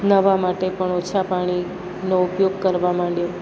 નવા માટે પણ ઓછા પાણીનો ઉપયોગ કરવા માંડ્યા